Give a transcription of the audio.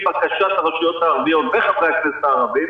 בקשת הרשויות הערביות וחברי הכנסת הערבים